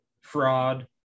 fraud